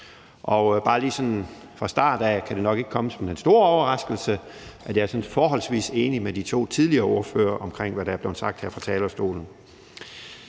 jeg bare lige fra start af vil sige, at jeg er forholdsvis enig med de to tidligere ordførere om, hvad der er blevet sagt her fra talerstolen.